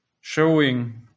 showing